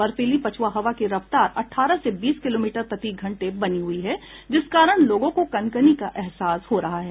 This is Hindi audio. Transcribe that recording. बर्फीली पछुआ हवा की रफ्तार अठारह से बीस किलोमीटर प्रति घंटे बनी हुई है जिस कारण लोगों को कनकनी का अहसास हो रहा है